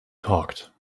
talked